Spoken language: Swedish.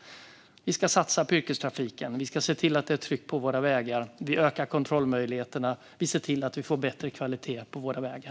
Vi ska satsa på yrkestrafiken, och vi ska se till att det är tryggt på våra vägar. Vi ökar kontrollmöjligheterna, och vi ser till att vi får bättre kvalitet på våra vägar.